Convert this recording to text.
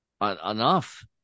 enough